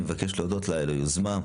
אני מבקש להודות לה על היוזמה,